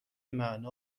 معنا